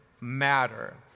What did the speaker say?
matter